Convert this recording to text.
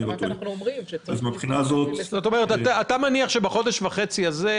אז אתה מניח שבחודש וחצי הזה,